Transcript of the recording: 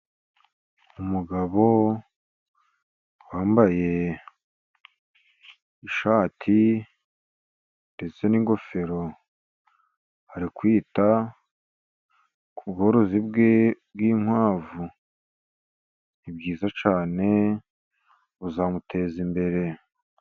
Umugabo wambaye ishati ndetse n’ingofero, ari kwita ku bworozi bwe bw’inkwavu. Ni bwiza cyane, buzamuteza imbere.